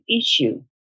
issue